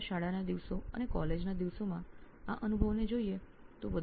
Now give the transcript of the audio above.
આપણા શાળા અને કોલેજના દિવસોના અનુભવ પરથી શોધી કાઢ્યું છે